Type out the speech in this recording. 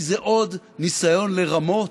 כי זה עוד ניסיון לרמות,